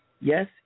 Yes